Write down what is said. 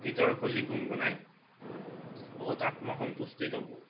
গীতৰ কলি গুণ গুণাই বহুত আত্মসন্তুষ্টি লভোঁ